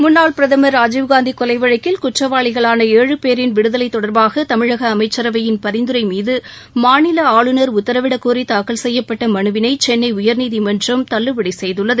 முன்னாள் பிரதமர் ராஜீவ்காந்தி கொலை வழக்கில் குற்றவாளிகளான ஏழு பேரின் விடுதலை தொடர்பாக தமிழக அமைச்சரவையின் பரிந்துரை மீது மாநில ஆளுநர் உத்தரவிடக்கோரி தாக்கல் செய்யப்பட்ட மனுவினை சென்னை உயா்நீதிமன்றம் தள்ளுபடி செய்துள்ளது